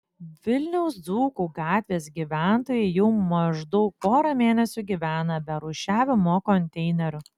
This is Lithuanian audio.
vilniaus dzūkų gatvės gyventojai jau maždaug porą mėnesių gyvena be rūšiavimo konteinerių